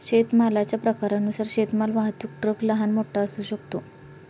शेतमालाच्या प्रकारानुसार शेतमाल वाहतूक ट्रक लहान, मोठा असू शकतो